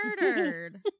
murdered